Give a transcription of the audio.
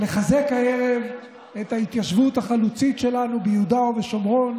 לחזק הערב את ההתיישבות החלוצית שלנו ביהודה ובשומרון,